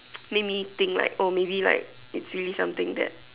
make me think like oh maybe like it's really something that